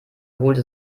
holte